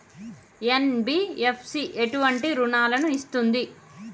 NBFC ఎటువంటి రుణాలను ఇస్తుంది?